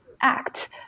act